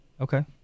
Okay